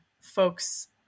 folks